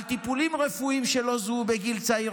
על טיפולים רפואיים שלא זוהו בגיל צעיר.